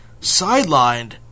sidelined